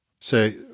say